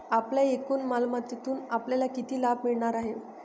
आपल्या एकूण मालमत्तेतून आपल्याला किती लाभ मिळणार आहे?